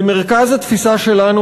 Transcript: במרכז התפיסה שלנו,